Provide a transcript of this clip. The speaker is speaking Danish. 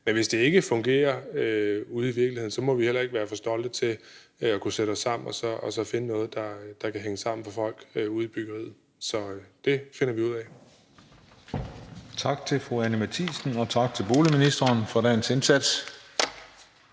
men hvis det ikke fungerer ude i virkeligheden, så må vi heller ikke være for stolte til at kunne sætte os sammen og så finde noget, der kan hænge sammen for folk ude i byggeriet. Så det finder vi ud af. Kl. 15:47 Den fg. formand (Christian Juhl): Tak til fru Anni Matthiesen, og tak til boligministeren for dagens indsats.